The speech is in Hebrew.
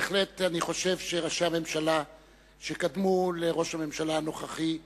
בהחלט אני חושב שראשי הממשלה שקדמו לראש הממשלה הנוכחי,